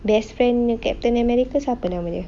best friend dia captain america siapa nama dia